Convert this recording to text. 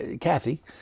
Kathy